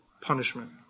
punishment